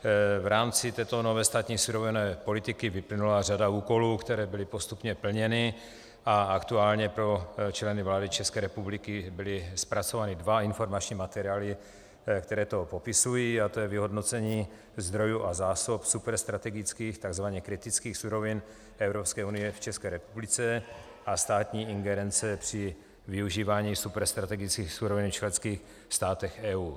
V rámci této nové státní surovinové politiky vyplynula řada úkolů, které byly postupně plněny, a aktuálně pro členy vlády České republiky byly zpracovány dva informační materiály, které to popisují, a to je vyhodnocení zdrojů a zásob superstrategických, takzvaně kritických surovin Evropské unie v České republice a státní ingerence při využívání superstrategických surovin v členských státech EU.